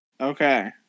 Okay